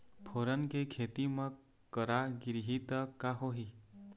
फोरन के खेती म करा गिरही त का होही?